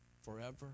forever